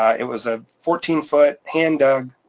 it was a fourteen foot, hand dug,